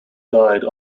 died